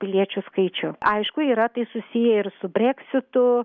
piliečių skaičių aišku yra tai susiję ir su breksitu